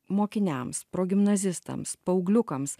mokiniams progimnazistams paaugliukams